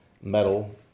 metal